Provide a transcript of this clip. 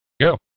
Go